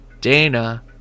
Dana